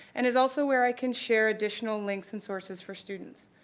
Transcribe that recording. and is also where i can share additional links and sources for students.